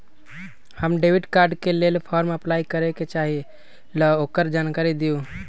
हम debit card के लेल फॉर्म अपलाई करे के चाहीं ल ओकर जानकारी दीउ?